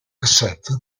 cassette